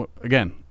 again